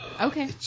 Okay